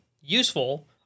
useful